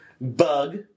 bug